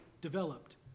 developed